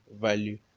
value